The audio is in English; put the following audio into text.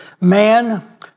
man